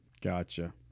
Gotcha